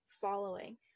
following